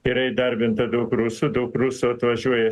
yra įdarbinta daug rusų daug rusų atvažiuoja